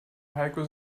heiko